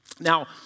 Now